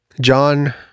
John